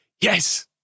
yes